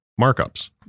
markups